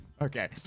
Okay